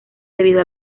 debido